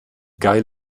geil